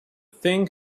thing